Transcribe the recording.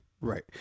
Right